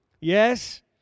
Yes